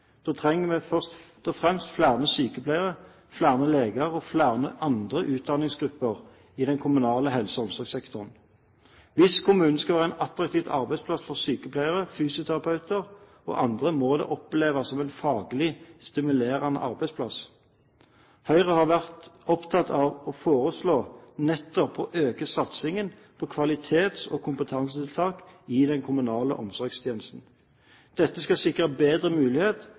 Da trenger vi først og fremst flere sykepleiere, flere leger og andre utdanningsgrupper i den kommunale helse- og omsorgsektoren. Hvis kommunen skal være en attraktiv arbeidsplass for sykepleiere, fysioterapeuter og andre, må de oppleve kommunen som en faglig stimulerende arbeidsplass. Høyre har vært opptatt av å foreslå nettopp å øke satsingen på kvalitets- og kompetansetiltak i den kommunale omsorgstjenesten. Dette skal sikre bedre